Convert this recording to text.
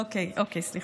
אוקיי, סליחה.